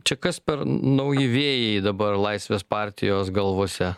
čia kas per nauji vėjai dabar laisvės partijos galvose